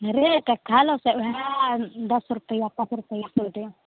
rate कहलहुँ तऽ वएह दस रुपैआ पाँच रुपैआ छोड़ि देब